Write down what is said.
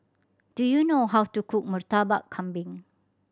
do you know how to cook Murtabak Kambing